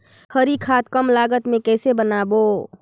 हरी खाद कम लागत मे कइसे बनाबो?